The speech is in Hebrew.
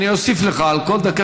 אני אוסיף לך על כל דקה